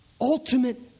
ultimate